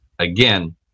Again